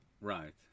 Right